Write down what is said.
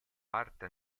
parte